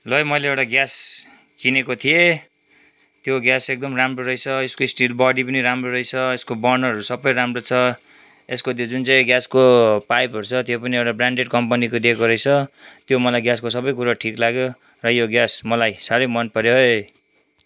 ल है मैले एउटा ग्यास किनेको थिएँ त्यो ग्यास एकदम राम्रो रहेछ यसको स्टिल बडी पनि राम्रो रहेछ यसको बर्नरहरू सबै राम्रो छ यसको त्यो जुन चाहिँ ग्यासको पाइपहरू छ त्यो पनि ब्रान्डेड कम्पनीको दिएको रहेछ त्यो मलाई ग्यासको सबै सबै कुरो ठिक लाग्यो र यो ग्यास मलाई साह्रै मन पऱ्यो है